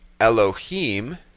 Elohim